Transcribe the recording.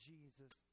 Jesus